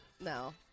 No